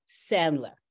Sandler